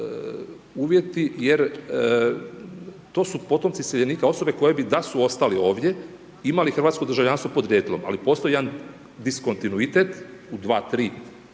uvjeti jer to su potomci iseljenika osobe koji bi da su ostali ovdje imali hrvatsko državljanstvo podrijetlom, ali postoji jedan diskontinuitet, u 2, 3